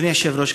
אדוני היושב-ראש,